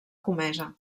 comesa